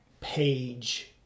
page